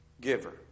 giver